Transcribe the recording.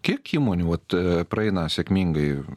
kiek įmonių vat praeina sėkmingai